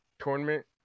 tournament